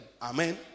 Amen